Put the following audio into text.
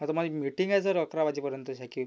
आता माझी मीटिंग आहे सर अकरा वाजेपर्यंत शाकीब